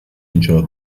enjoy